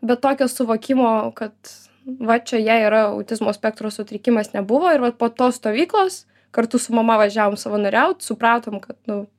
bet tokio suvokimo kad va čia jai yra autizmo spektro sutrikimas nebuvo ir vat po tos stovyklos kartu su mama važiavom savanoriaut supratom kad nu